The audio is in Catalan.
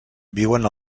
viuen